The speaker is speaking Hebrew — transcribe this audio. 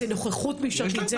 נוכחות משטרתית,